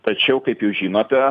tačiau kaip jūs žinote